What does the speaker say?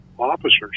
officers